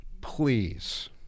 please